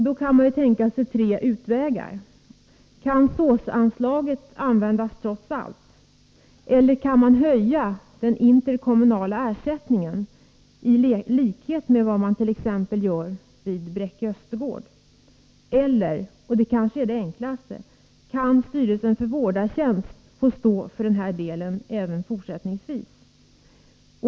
Då kan man tänka sig tre utvägar. Kan SÅS-anslaget användas trots allt? Eller kan man höja den interkommunala ersättningen i likhet med vad mant.ex. gör vid Bräcke-Östergård? Eller — och det kanske är det enklaste — kan styrelsen för vårdartjänst få stå för den här delen även fortsättningsvis?